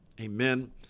Amen